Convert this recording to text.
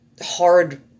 hard